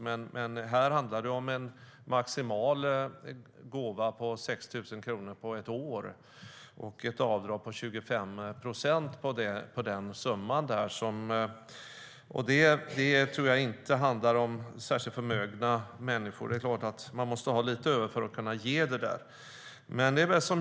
Men här handlar det om en gåva på maximalt 6 000 kronor under ett år och ett avdrag på 25 procent av den summan. Det tror jag inte handlar om särskilt förmögna människor. Men det är klart att man måste ha lite över för att kunna ge det.